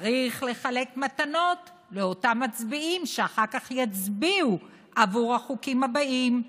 צריך לחלק מתנות לאותם מצביעים שאחר כך יצביעו עבור החוקים הבאים.